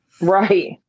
Right